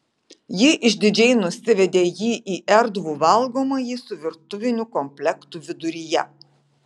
ji išdidžiai nusivedė jį į erdvų valgomąjį su virtuviniu komplektu viduryje